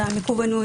והמקוונות,